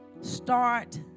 Start